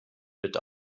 bitte